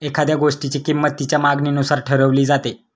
एखाद्या गोष्टीची किंमत तिच्या मागणीनुसार ठरवली जाते